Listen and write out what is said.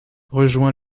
rejoint